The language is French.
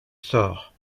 sort